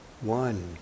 One